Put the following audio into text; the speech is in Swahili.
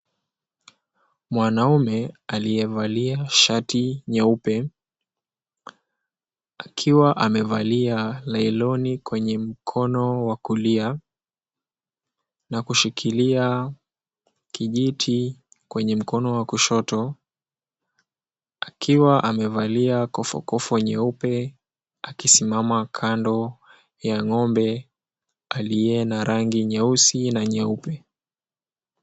Mwanaume aliyevalia shati nyeupe akiwa amevalia leiloni kwenye mkono wa kulia na kushikilia kijiti kwenye mkono wa kushoto akiwa amevalia kofo kofo nyeupe akisimama kando ya ng'ombe aliye na rangi nyeusi na nyeupe.